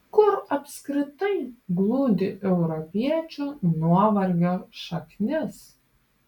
kur apskritai glūdi europiečių nuovargio šaknis